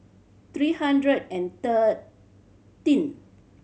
three hundred and thirteen